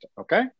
okay